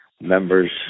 members